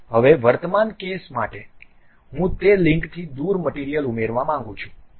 હવે વર્તમાન કેસ માટે હું તે લિંકથી દૂર મટીરીયલ ઉમેરવા માંગું છું